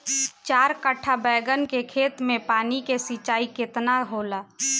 चार कट्ठा बैंगन के खेत में पानी के सिंचाई केतना होला?